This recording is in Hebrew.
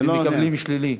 הם מקבלים תשובה שלילית.